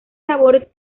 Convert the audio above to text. sabor